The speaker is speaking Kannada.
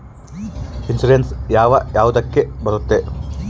ಇನ್ಶೂರೆನ್ಸ್ ಯಾವ ಯಾವುದಕ್ಕ ಬರುತ್ತೆ?